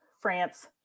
France